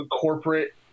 corporate